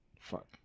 fuck